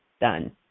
done